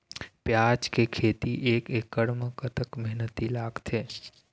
प्याज के खेती एक एकड़ म कतक मेहनती लागथे?